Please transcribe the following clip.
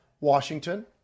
Washington